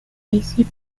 basic